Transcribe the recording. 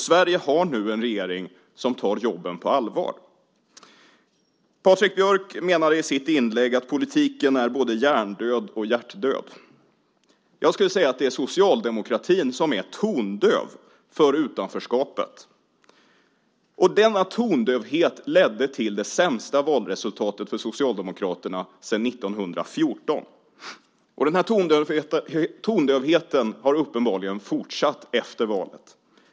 Sverige har nu en regering som tar jobben på allvar. Patrik Björck menade i sitt inlägg att politiken är både hjärndöd och hjärtdöd. Jag skulle säga att det är socialdemokratin som är tondöv för utanförskapet. Denna tondövhet ledde till det sämsta valresultatet för Socialdemokraterna sedan 1914. Tondövheten har uppenbarligen fortsatt efter valet.